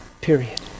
Period